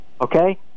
Okay